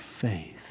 faith